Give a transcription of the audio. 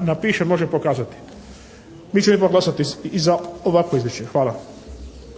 napiše može pokazati. Mi ćemo ipak glasati i za ovakvo izvješće. Hvala.